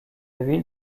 ville